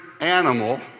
animal